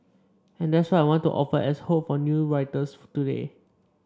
and that's what I want to offer as hope for new writers for today